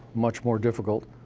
much more difficult,